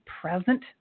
present